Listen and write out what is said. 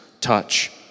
touch